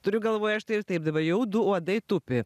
turiu galvoje štai ir taip dabar jau du uodai tupi